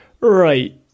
Right